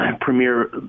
premier